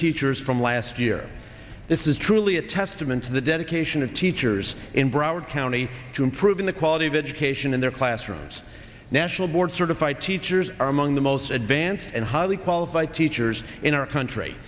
teachers from last year this is truly a testament to the dedication of teachers in broward county to improving the quality of education in their classrooms national board certified teachers are among the most advanced and highly qualified teachers in our country